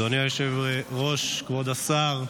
אדוני היושב-ראש, כבוד השר,